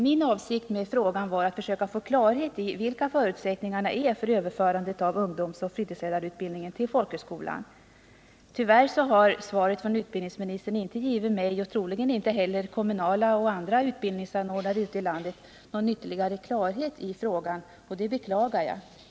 Min avsikt med frågan var att försöka få klarhet i vilka förutsättningarna är för överförandet av ungdomsoch fritidsledarutbildningen till folkhögskolan. Tyvärr har svaret från utbildningsministern inte givit mig och troligen inte heller kommunala och andra utbildningsanordnare ute i landet någon ytterligare klarhet i frågan, vilket jag beklagar.